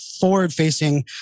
forward-facing